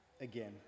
again